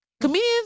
Comedians